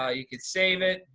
ah you could save it,